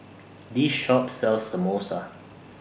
This Shop sells Samosa